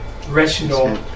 Rational